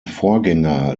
vorgänger